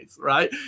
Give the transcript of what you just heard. Right